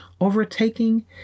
overtaking